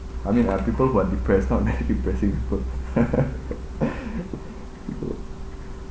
I mean uh people who are depressed not very depressing people you go